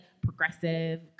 Progressive